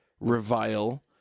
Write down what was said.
revile